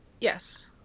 Yes